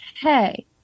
hey